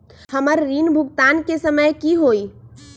हमर ऋण भुगतान के समय कि होई?